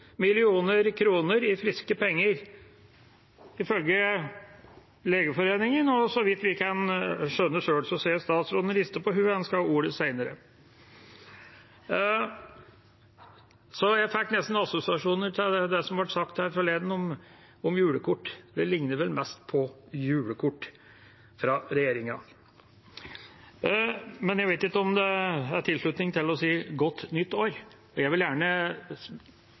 i friske penger, ifølge Legeforeningen, og så vidt vi kan skjønne. Jeg ser statsråden rister på hodet, han skal ha ordet seinere. Jeg fikk nesten assosiasjoner til det som ble sagt her forleden om julekort. Det likner vel mest på julekort fra regjeringa. Men jeg vet ikke om det er tilslutning til å si godt nytt år. Jeg vil gjerne